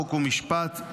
חוק ומשפט,